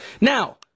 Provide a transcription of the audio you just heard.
Now